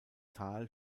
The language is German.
tal